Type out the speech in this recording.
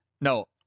No